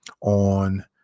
on